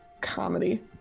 comedy